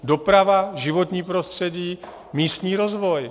Doprava, životní prostředí, místní rozvoj.